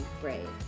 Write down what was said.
brave